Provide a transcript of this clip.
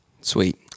Sweet